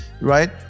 right